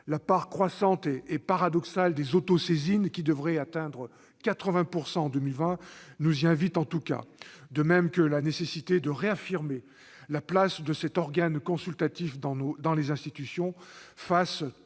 La part croissante et paradoxale des autosaisines, qui devrait atteindre 80 % en 2020, nous y invite en tout cas, de même que la nécessité de réaffirmer la place de cet organe consultatif dans les institutions, face,